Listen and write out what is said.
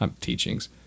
teachings